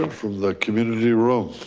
and from the community room.